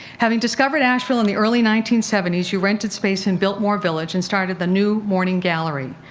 having discovered asheville in the early nineteen seventy s, you rented space in biltmore village and started the new morning gallery.